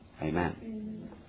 Amen